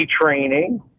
training